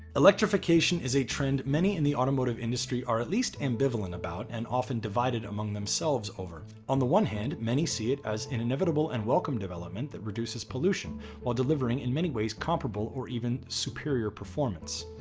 electrification is a trend. many in the automotive industry are at least ambivalent about an often divided among themselves over on the one hand. many see it as an inevitable and welcome development that reduces pollution while delivering in many ways comparable or even superior performance.